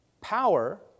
power